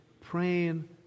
praying